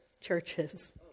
Churches